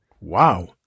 Wow